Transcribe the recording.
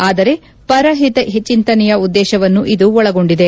ಆದರೆ ಪರ ಹಿತ ಚಿಂತನೆಯ ಉದ್ದೇಶವನ್ನು ಇದು ಒಳಗೊಂಡಿದೆ